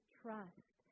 trust